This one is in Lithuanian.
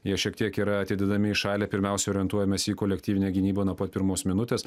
jie šiek tiek yra atidedami į šalį pirmiausia orientuojamės į kolektyvinę gynybą nuo pat pirmos minutės